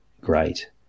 great